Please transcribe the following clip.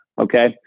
Okay